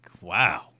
wow